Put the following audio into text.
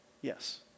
Yes